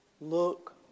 Look